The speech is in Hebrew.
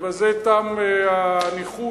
ובזה תם הניחוש